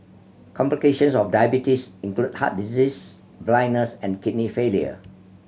complications of diabetes include heart disease blindness and kidney failure